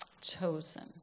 chosen